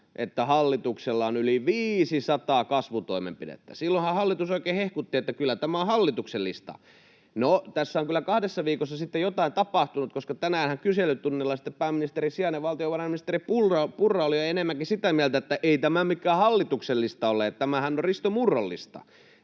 että hallituksella on yli 500 kasvutoimenpidettä. Silloinhan hallitus oikein hehkutti, että kyllä tämä on hallituksen lista. No, tässä on kyllä kahdessa viikossa sitten jotain tapahtunut, koska tänäänhän kyselytunnilla pääministerin sijainen, valtiovarainministeri Purra, oli jo enemmänkin sitä mieltä, että ei tämä mikään hallituksen lista ole, tämähän on Risto Murron lista,